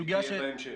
היא תהיה בהמשך.